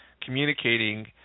communicating